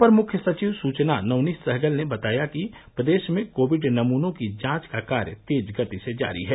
अपर मुख्य सचिव सूचना नवनीत सहगल ने बताया कि प्रदेश में कोविड नमूनों की जांच का कार्य तेज गति से जारी है